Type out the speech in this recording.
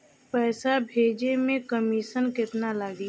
पैसा भेजे में कमिशन केतना लागि?